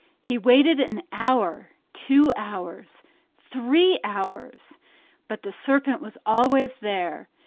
he waited an hour two hours three hours but the serpent was always there,